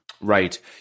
right